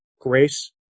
grace